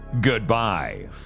Goodbye